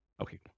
Okay